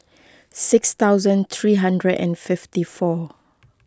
six thousand three hundred and fifty four